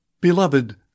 Beloved